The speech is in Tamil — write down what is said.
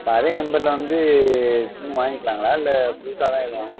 இப்போ அதே நம்பரில் வந்து சிம்மு வாங்கிக்கலாங்களா இல்லை புதுசா தான் எதுவும் வாங்கணுங்களா